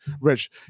rich